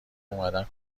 اومدن